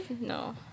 No